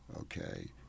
Okay